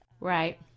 Right